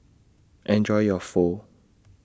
Enjoy your Pho